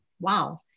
Wow